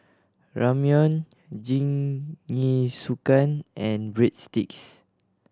Ramyeon Jingisukan and Breadsticks